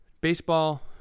Baseball